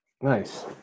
Nice